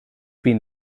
been